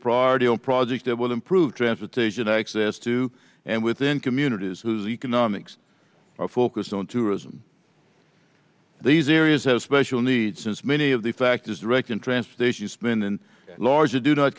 priority on projects that will improve transportation access to and within communities whose economics are focused on tourism these areas have special needs since many of the factors reckon transportation spending large you do not